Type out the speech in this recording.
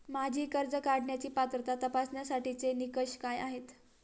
माझी कर्ज काढण्यासाठी पात्रता तपासण्यासाठीचे निकष काय आहेत?